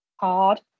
hard